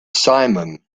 simum